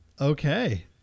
Okay